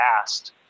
asked